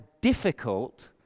difficult